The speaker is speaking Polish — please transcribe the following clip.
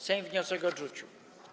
Sejm wniosek odrzucił.